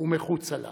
ומחוצה לה.